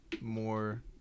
more